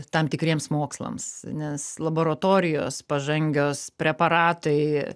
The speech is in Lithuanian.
tam tikriems mokslams nes laboratorijos pažangios preparatai